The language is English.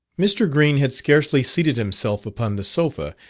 mr. green had scarcely seated himself upon the sofa,